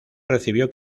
recibió